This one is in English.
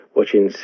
watching